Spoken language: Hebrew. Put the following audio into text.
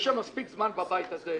יושב מספיק זמן בבית הזה,